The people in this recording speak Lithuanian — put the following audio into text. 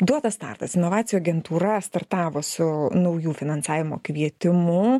duotas startas inovacijų agentūra startavo su naujų finansavimo kvietimu